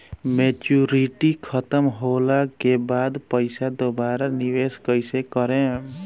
Maturity खतम होला के बाद पईसा दोबारा निवेश कइसे करेम?